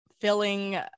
filling